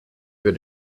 für